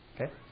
Okay